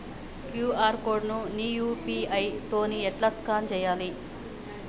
QR code ని UPI తోని ఎట్లా స్కాన్ చేయాలి?